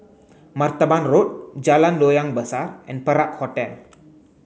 Martaban Road Jalan Loyang Besar and Perak Hotel